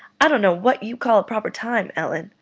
i don't know what you call a proper time, ellen,